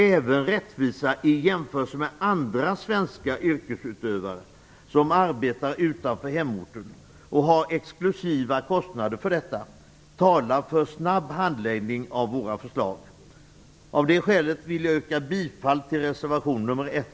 Även rättvisan i jämförelse med andra svenska yrkesutövare som arbetar utanför hemorten och som har exklusiva kostnader för detta talar för en snabb handläggning av våra förslag. Av det skälet yrkar jag bifall till reservation nr 1.